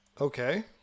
Okay